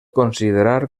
considerar